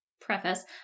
Preface